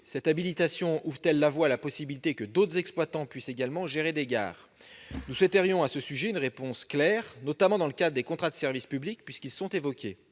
Cette habilitation ouvre-t-elle la voie à la possibilité que d'autres exploitants puissent également gérer des gares ? Nous souhaiterions à ce sujet une réponse claire, notamment dans le cadre des contrats de service public, puisqu'ils sont évoqués.